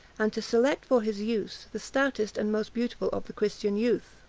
and to select for his use the stoutest and most beautiful of the christian youth.